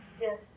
Yes